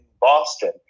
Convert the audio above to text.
Boston